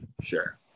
Sure